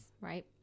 right